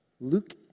Luke